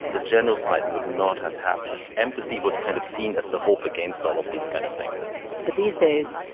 the genocide would not have happened. empathy was kind of seen as the hope against all of these kind of things but these days,